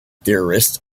theorist